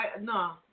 no